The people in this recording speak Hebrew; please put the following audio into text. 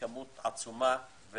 כמות עצומה.